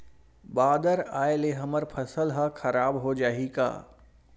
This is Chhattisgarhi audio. बादर आय ले हमर फसल ह खराब हो जाहि का?